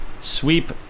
sweep